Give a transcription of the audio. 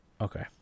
Okay